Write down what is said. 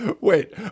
Wait